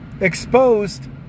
exposed